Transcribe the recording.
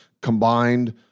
combined